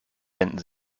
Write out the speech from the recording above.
wenden